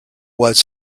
was